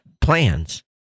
plans